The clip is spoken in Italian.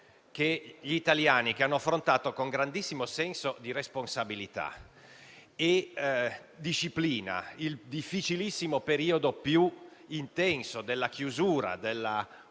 che gli italiani, che hanno affrontato con grandissimo senso di responsabilità e disciplina il difficilissimo e più intenso periodo della chiusura, della quarantena,